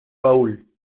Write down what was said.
baúl